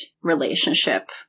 relationship